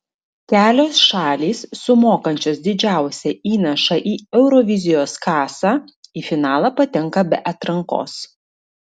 kelios šalys sumokančios didžiausią įnašą į eurovizijos kasą į finalą patenka be atrankos